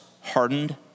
hardened